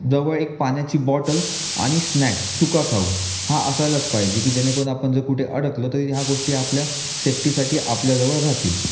जवळ एक पाण्याची बॉटल आणि स्नॅक्स सुका खाऊ हा असायलाच पाहिजे की जेणेकरून आपण जर कुठे अडकलो तर ह्या गोष्टी आपल्या सेफ्टीसाठी आपल्याजवळ रहातील